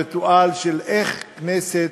הריטואל של איך כנסת,